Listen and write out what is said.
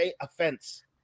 offense